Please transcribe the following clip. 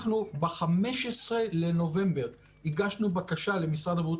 אנחנו ב-15 בנובמבר הגשנו בקשה למשרד הבריאות